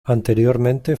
anteriormente